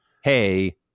hey